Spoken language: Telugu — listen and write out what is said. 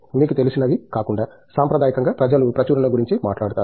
మీకు తెలిసినవి కాకుండా సాంప్రదాయకంగా ప్రజలు ప్రచురణల గురించి మాట్లాడతారు